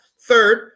Third